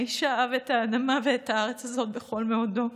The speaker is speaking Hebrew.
האיש שאהב את האדמה ואת הארץ הזאת בכל מאודו,